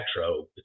Metro